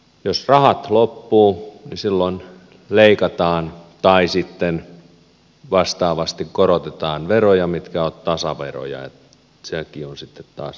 jos rahat loppuvat silloin leikataan tai sitten vastaavasti korotetaan veroja mitkä ovat tasaveroja niin että sekin on sitten taas epäoikeudenmukaista